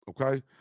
Okay